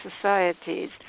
societies